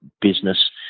business